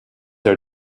are